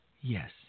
yes